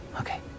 Okay